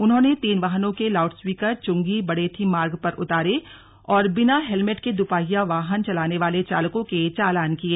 उन्होनें तीन वाहनों के लाउडस्पीकर चुंगी बड़ेथी मार्ग पर उतारे और बिना हेलमेट के दुपाहिया वाहन चलाने वाले चालकों के चालान किए